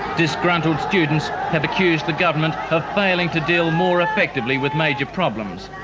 disgruntled students have accused the government of failing to deal more effectively with major problems,